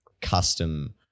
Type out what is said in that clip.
custom